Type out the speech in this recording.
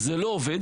זה לא עובד.